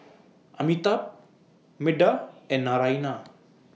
Amitabh Medha and Naraina